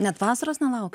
net vasaros nelaukia